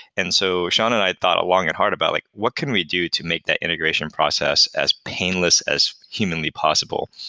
and so sean and i thought long and hard about like what can we do to make that integration process as painless as humanly possible?